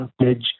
advantage